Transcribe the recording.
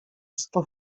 sto